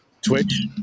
Twitch